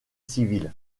civils